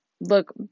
look